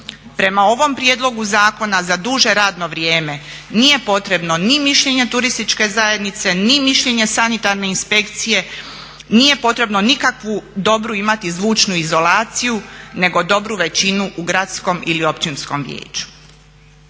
Prema ovom prijedlogu zakona za duže radno vrijeme nije potrebno ni mišljenje turističke zajednice, ni mišljenje sanitarne inspekcije, nije potrebno nikakvu dobru imati zvučnu izolaciju nego dobru većinu u gradskom ili općinskom vijeću.